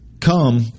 come